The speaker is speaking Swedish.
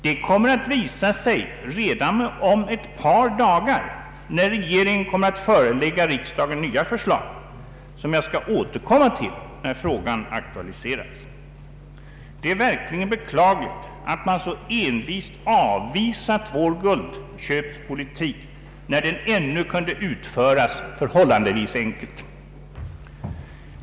Det kommer att visa sig redan om ett par dagar, då regeringen förelägger riksdagen nya förslag, som jag skall återkomma till när frågan har aktualiserats, Det är verkligen beklagligt att man så envist har avvisat vår guldköpspolitik, när den ännu kunde utföras förhållandevis enkelt.